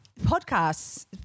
Podcasts